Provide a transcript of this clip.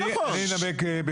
אבל תשאל מי נמנע.